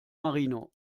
marino